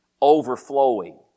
overflowing